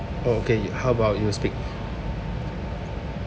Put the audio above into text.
okay how about you speak